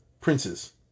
princes